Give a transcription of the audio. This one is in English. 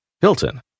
Hilton